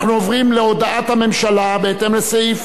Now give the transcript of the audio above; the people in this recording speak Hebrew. רבותי, אנחנו עוברים להודעת הממשלה בהתאם לסעיף,